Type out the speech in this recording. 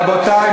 רבותי,